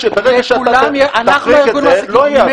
אנחנו ארגון המעסיקים.